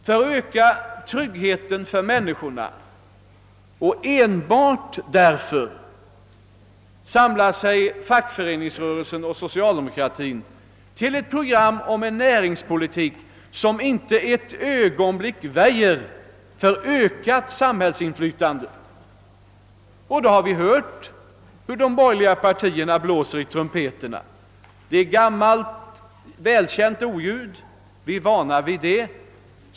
För att öka tryggheten för människorna — och enbart därför — samlar sig fackföreningsrörelsen och socialdemokratin till ett program om en näringspolitik som inte ett ögonblick väjer för ökat samhällsinflytande. Vi har hört hur de borgerliga partierna blåser i trumpeterna. Det är gammalt välkänt oljud, som vi är vana vid.